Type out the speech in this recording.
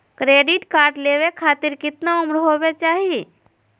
Credit card लेवे खातीर कतना उम्र होवे चाही?